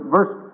Verse